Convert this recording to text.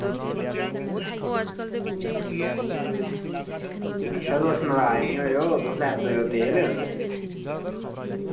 चलो नराज़ निं होयो तुस लैंदे आवेओ तेल